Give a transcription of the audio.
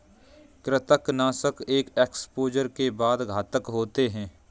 कृंतकनाशक एक एक्सपोजर के बाद घातक होते हैं